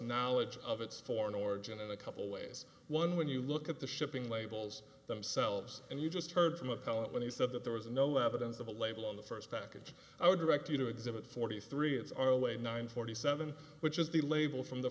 was now edge of its foreign origin in a couple ways one when you look at the shipping labels themselves and you just heard from a pilot when he said that there was no evidence of a label on the first package i would direct you to exhibit forty three it's our way nine forty seven which is the label from the